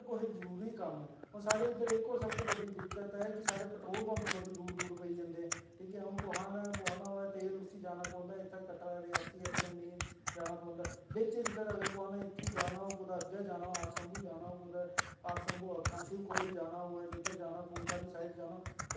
पर अगर कुसै गी जरुरी कम्म ऐ हून साढ़े इद्धर इक होर सब तू बड्डी दिक्कत ऐ कि साढ़े पट्रोल पंप बड़ी दूर दूर पेई जंदे न ठीक ऐ हून कुसै ने पुआना होऐ तेल उसी जाना पौंदा इत्थै कटरा रियासी अपने मेन जाना पौंदा बिच्च फिर अगर कुसै ने इत्थूं जाना होऐ कुतै अग्गै जाना होऐ आपशम्भु जाना होऐ आपशम्भु आक्खना शिबखोड़ी जाना होऐ जिद्धर बी पुंछ आह्ली साइड जाना